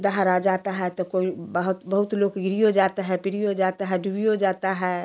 दहर आ जाता है तो कोई बहुत बहुत लोग गिरियो जाता है पिरियो जाता है डूबियो जाता है